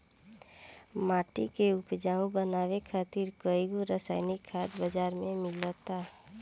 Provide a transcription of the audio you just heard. माटी के उपजाऊ बनावे खातिर कईगो रासायनिक खाद बाजार में मिलता